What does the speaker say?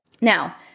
Now